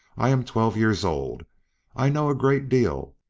i am twelve years old i know a great deal,